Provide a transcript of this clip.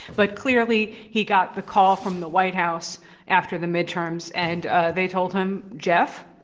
but clearly, he got the call from the white house after the midterms. and ah they told him, jeff,